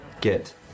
Get